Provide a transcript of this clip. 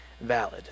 valid